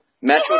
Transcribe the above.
Metro